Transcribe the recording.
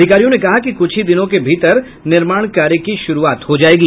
अधिकारियों ने कहा कि कुछ ही दिनों के भीतर निर्माण कार्य की शुरूआत हो जायेगी